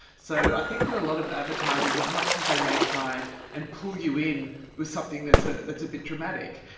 so i think that a lot of advertisers, as much as they may try and pull you in with something that's ah that's a bit dramatic,